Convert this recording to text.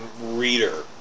reader